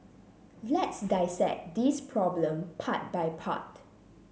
let's dissect this problem part by part